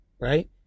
right